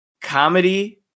comedy